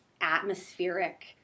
atmospheric